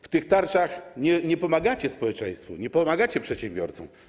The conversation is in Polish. W tych tarczach nie pomagacie społeczeństwu, nie pomagacie przedsiębiorcom.